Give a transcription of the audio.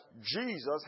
Jesus